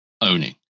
owning